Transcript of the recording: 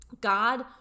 God